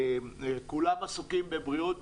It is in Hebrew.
כולם עסוקים בבריאות,